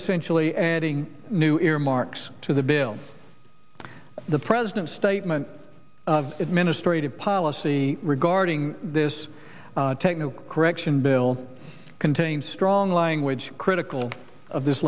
essentially adding new earmarks to the bill the president's statement of administrative policy regarding this techno correction bill contains strong language critical of this